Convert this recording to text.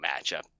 matchup